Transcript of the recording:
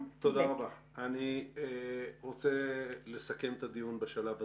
אני רוצה לסכם את הדיון בשלב הזה.